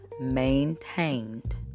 maintained